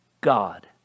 God